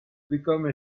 become